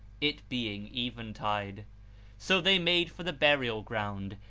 it being eventide. so they made for the burial-ground,